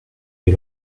les